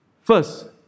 First